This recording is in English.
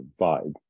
vibe